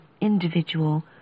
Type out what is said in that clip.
individual